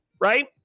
right